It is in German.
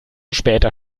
später